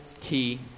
key